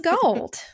gold